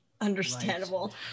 understandable